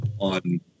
on